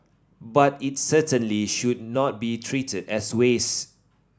but it certainly should not be treated as waste